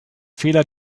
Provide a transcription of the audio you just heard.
fehler